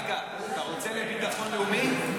רגע, רגע, אתה רוצה לביטחון לאומי?